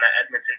Edmonton